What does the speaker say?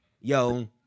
yo